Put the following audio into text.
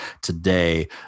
today